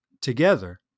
together